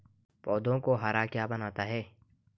पौधों को हरा क्या बनाता है?